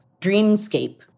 dreamscape